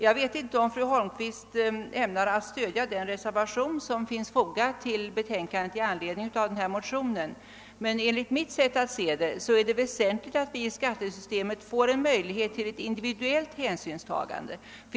Jag vet inte om fru Holmqvist ämnar stödja den reservation som finns fogad vid betänkandet i anledning av denna motion, men enligt min mening är det väsentligt att det i skattesystemet ges möjligheter till ett individuellt hänsynstagande.